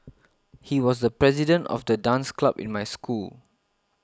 he was the president of the dance club in my school